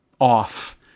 off